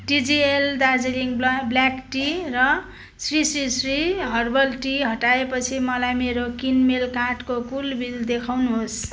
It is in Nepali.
टिजिएल दार्जिलिङ ब्ल्या ब्ल्याक टी र श्री श्री श्री हर्बल टी हटाएपछि मलाई मेरो किनमेल कार्टको कुल बिल देखाउनुहोस्